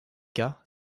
cas